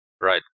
Right